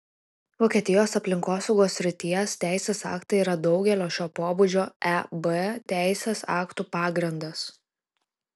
vokietijos aplinkosaugos srities teisės aktai yra daugelio šio pobūdžio eb teisės aktų pagrindas